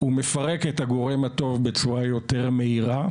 הוא מפרק את הגורם הטוב בצורה יותר מהירה,